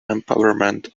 empowerment